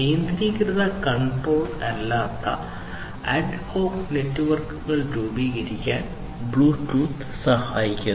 കേന്ദ്രീകൃത കൺട്രോളർ ഇല്ലാത്ത ad hoc നെറ്റ്വർക്കുകൾ രൂപീകരിക്കാൻ ബ്ലൂടൂത്ത് സഹായിക്കുന്നു